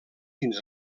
fins